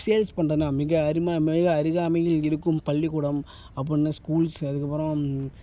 sales பண்றதுனால் மிக அரும மிக அருகாமையில் இருக்கும் பள்ளிக்கூடம் அப்புடின்னு ஸ்கூல்ஸ் அதுக்கப்புறம்